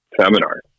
seminar